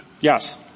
Yes